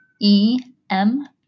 E-M